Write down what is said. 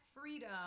freedom